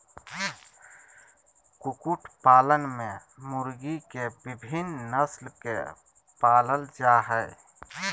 कुकुट पालन में मुर्गी के विविन्न नस्ल के पालल जा हई